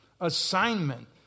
assignment